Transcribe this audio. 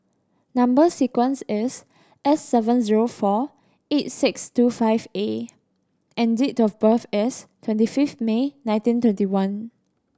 number sequence is S seven zero four eight six two five A and date of birth is twenty five May nineteen twenty one